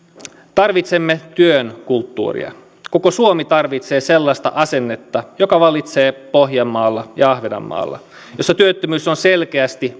tarvitsemme työn kulttuuria koko suomi tarvitsee sellaista asennetta joka vallitsee pohjanmaalla ja ahvenanmaalla missä työttömyys on selkeästi